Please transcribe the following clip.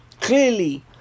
Clearly